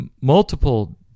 multiple